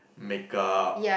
make-up